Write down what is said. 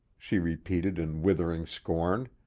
she repeated in withering scorn.